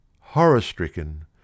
horror-stricken